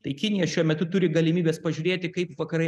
tai kinija šiuo metu turi galimybes pažiūrėti kaip vakarai